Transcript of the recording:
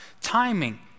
timing